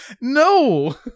No